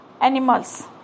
animals